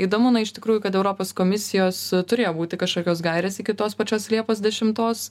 įdomu na iš tikrųjų kad europos komisijos turėjo būti kažkokios gairės iki tos pačios liepos dešimtos